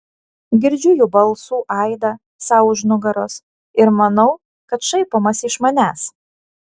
girdžiu jų balsų aidą sau už nugaros ir manau kad šaipomasi iš manęs